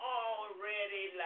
already